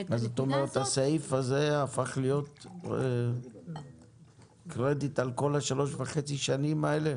זאת אומרת הסעיף הזה הפך להיות קרדיט על כל שלוש וחצי השנים האלה